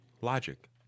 logic